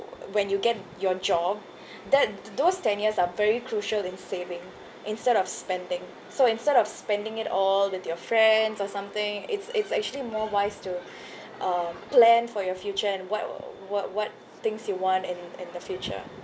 when you get your job that those ten years are very crucial in saving instead of spending so instead of spending it all with your friends or something it's it's actually more wise to uh plan for your future and what what what things you want in in the future